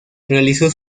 realizó